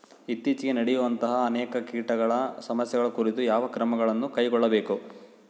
ಇತ್ತೇಚಿಗೆ ನಡೆಯುವಂತಹ ಅನೇಕ ಕೇಟಗಳ ಸಮಸ್ಯೆಗಳ ಕುರಿತು ಯಾವ ಕ್ರಮಗಳನ್ನು ಕೈಗೊಳ್ಳಬೇಕು?